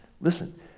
Listen